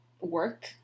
work